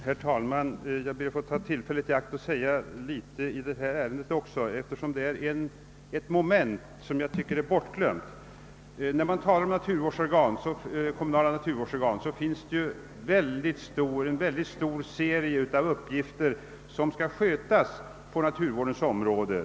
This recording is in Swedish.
Herr talman! Jag tar tillfället i akt att yttra mig i detta ärende, eftersom jag anser att ett moment blivit bortglömt. När man talar om kommunala naturvårdsorgan finns det en mycket stor serie av uppgifter som skall skötas på naturvårdens område.